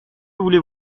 voulez